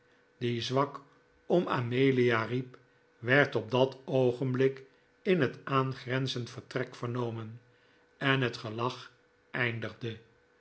die zwak om amelia riep werd op dat oogenblik in het aangrenzend vertrek vernomen en het gelach eindigde